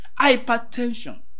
hypertension